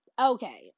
okay